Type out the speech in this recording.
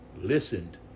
listened